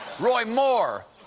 roy moore.